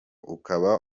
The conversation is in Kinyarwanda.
ukaba